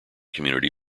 community